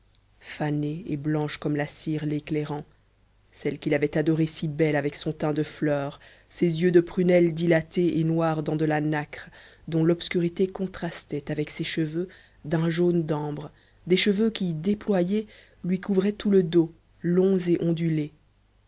fanée et blanche comme la cire l'éclairant celle qu'il avait adorée si belle avec son teint de fleur ses yeux de prunelle dilatée et noire dans de la nacre dont l'obscurité contrastait avec ses cheveux d'un jaune d'ambre des cheveux qui déployés lui couvraient tout le dos longs et ondulés